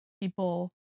people